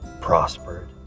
prospered